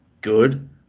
good